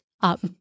up